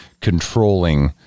controlling